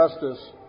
justice